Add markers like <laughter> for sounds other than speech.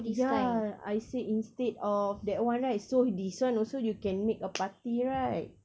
ya I say instead of that one right so this one also you can make a <noise> party right